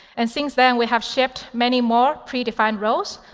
and since then we have shipped many more predefined roles.